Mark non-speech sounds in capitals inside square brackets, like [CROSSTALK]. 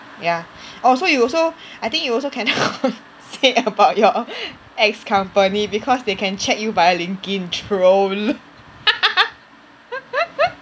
ya oh so you also I think you also cannot say about your ex-company because they can check you via LinkedIn troll [LAUGHS]